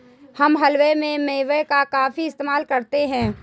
हम हलवे में मेवे का काफी इस्तेमाल करते हैं